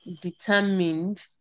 determined